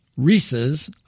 Reese's